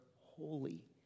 holy